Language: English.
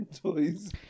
toys